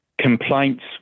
complaints